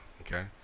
okay